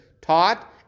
taught